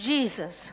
Jesus